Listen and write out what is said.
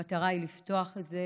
המטרה היא לפתוח את זה